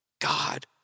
God